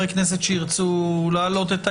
אבל זה לא מונע מחברי כנסת שירצו להעלות את העניין.